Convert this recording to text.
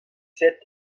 sept